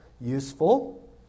useful